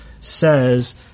says